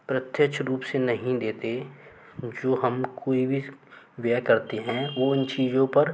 प्रत्यक्ष रूप से नहीं देते जो हम कोई भी व्यय करते हैं वो उन चीज़ों पर